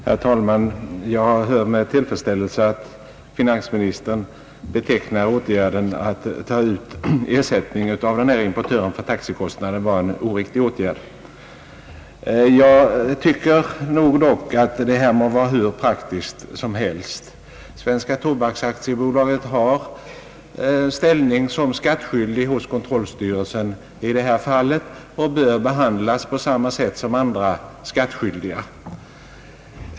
Herr talman! Jag hör med tillfredsställelse att finansministern betecknar åtgärden att ta ut ersättning för taxikostnaden av den här importören såsom en oriktig åtgärd. Den ordning som tillämpas må vara hur praktisk som helst, men jag tycker nog ändå att när Svenska tobaksaktiebolaget har ställning som skattskyldig hos kontrollstyrelsen bör bolaget behandlas på precis samma sätt som andra skattskyldiga.